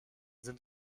sind